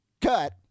cut